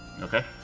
Okay